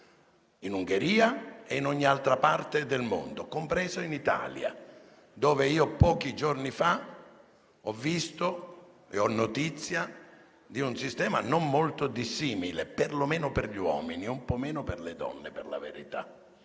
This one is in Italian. in Ungheria e in ogni altra parte del mondo, compresa l'Italia, dove pochi giorni fa ho visto e ho avuto notizia di un sistema non molto dissimile, perlomeno per gli uomini, un po' meno per le donne per la verità,